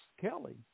Kelly